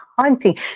hunting